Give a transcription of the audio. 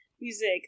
music